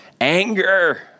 Anger